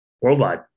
worldwide